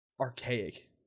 archaic